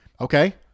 okay